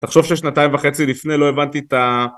תחשוב ששנתיים וחצי לפני לא הבנתי את ה...